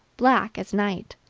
black as night,